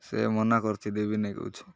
ସେ ମନା କରୁଛିି ଦେବିନି କହୁଛି